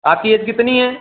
आपकी ऐज कितनी है